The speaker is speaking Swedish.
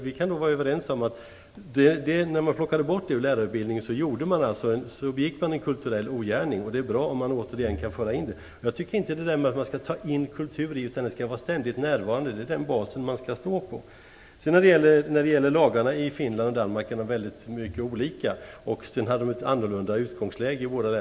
Vi kan nog vara överens om att man begick en kulturell ogärning när man plockade bort detta ur lärarutbildningen. Det är bra om man kan återinföra det. Jag tycker inte att man skall säga att man "tar in" kultur i skolan. Kulturen skall vara ständigt närvarande. Det är den basen man skall stå på. Lagarna i Finland och Danmark är väldigt olika, och länderna har haft olika utgångslägen.